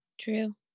True